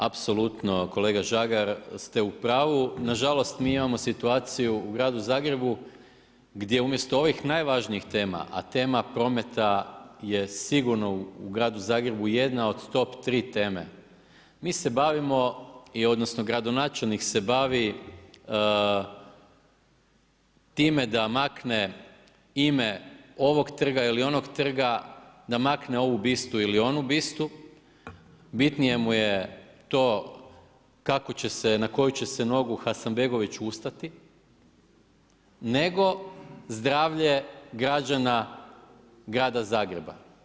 Apsolutno kolega Žagar ste u pravu, nažalost mi imamo situaciju u gradu Zagrebu gdje umjesto ovih najvažnijih tema a tema prometa je sigurno u gradu Zagrebu jedna od top 3 teme, gradonačelnik se bavi time da makne ime ovog trga ili onoga trga, da makne ovu bistu ili onu bistu, bitnije mu je to kako će se i na koju će se nogu Hasanbegović ustati nego zdravlje građana grada Zagreba.